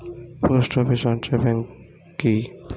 Post office সঞ্চয় bank কি?